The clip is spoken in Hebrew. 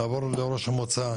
נעבור לראש המועצה,